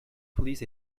police